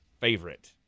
favorite